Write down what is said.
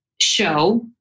show